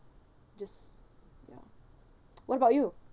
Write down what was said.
just ya what about you